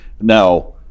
Now